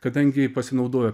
kadangi pasinaudojo